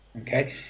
okay